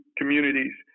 communities